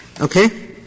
Okay